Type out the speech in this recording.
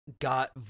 got